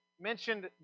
mentioned